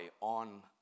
on